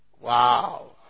Wow